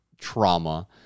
trauma